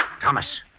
Thomas